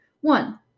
one